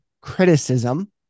criticism